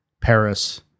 Paris